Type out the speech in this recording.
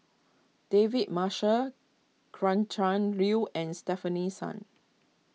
David Marshall cran chan Liu and Stefanie Sun